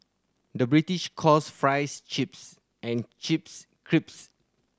the British calls fries chips and chips crisps